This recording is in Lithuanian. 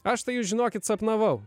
aš tai jus žinokit sapnavau